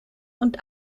und